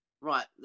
Right